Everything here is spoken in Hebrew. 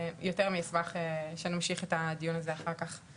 יותר מאשמח שנמשיך את הדיון הזה אחר כך.